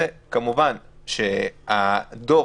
כמובן שהדוח